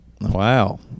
Wow